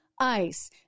ice